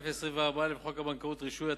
לפסקה (1): סעיף 24א לחוק הבנקאות (רישוי),